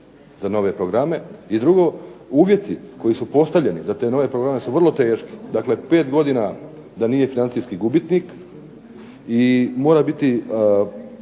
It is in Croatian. za nove programe. I drugo uvjeti koji su postavljeni za te nove programe su vrlo teški. Dakle 5 godina da nije financijski gubitnik, i mora biti,